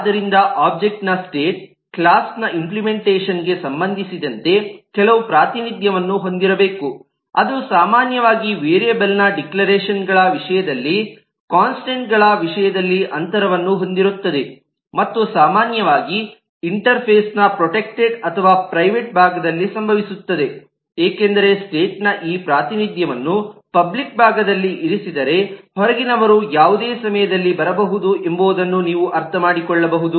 ಆದ್ದರಿಂದ ಒಬ್ಜೆಕ್ಟ್ನ ಸ್ಟೇಟ್ ಕ್ಲಾಸ್ನ ಇಂಪ್ಲಿಮೆಂಟೇಷನ್ಗೆ ಸಂಬಂಧಿಸಿದಂತೆ ಕೆಲವು ಪ್ರಾತಿನಿಧ್ಯವನ್ನು ಹೊಂದಿರಬೇಕು ಅದು ಸಾಮಾನ್ಯವಾಗಿ ವೇರಿಯಬಲ್ನ ಡಿಕ್ಲರೇಷನ್ಗಳ ವಿಷಯದಲ್ಲಿ ಕಾನ್ಸ್ಟಂಟ್ಗಳ ವಿಷಯದಲ್ಲಿ ಅಂತರವನ್ನು ಹೊಂದಿರುತ್ತದೆ ಮತ್ತು ಸಾಮಾನ್ಯವಾಗಿ ಕ್ಲಾಸ್ಗಳ ಇಂಟರ್ಫೇಸ್ ನ ಪ್ರೊಟೆಕ್ಟೆಡ್ ಅಥವಾ ಪ್ರೈವೇಟ್ ಭಾಗದಲ್ಲಿ ಸಂಭವಿಸುತ್ತದೆ ಏಕೆಂದರೆ ಸ್ಟೇಟ್ನ ಈ ಪ್ರಾತಿನಿಧ್ಯವನ್ನು ಪಬ್ಲಿಕ್ ಭಾಗದಲ್ಲಿ ಇರಿಸಿದರೆ ಹೊರಗಿನವರು ಯಾವುದೇ ಸಮಯದಲ್ಲಿ ಬರಬಹುದು ಎಂಬುದನ್ನು ನೀವು ಅರ್ಥಮಾಡಿಕೊಳ್ಳಬಹುದು